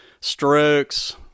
strokes